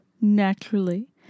naturally